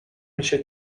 میشه